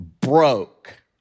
broke